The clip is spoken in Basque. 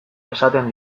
esaten